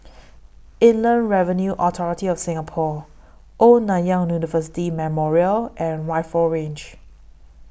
Inland Revenue Authority of Singapore Old Nanyang University Memorial and Rifle Range